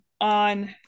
on